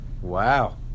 Wow